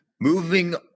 Moving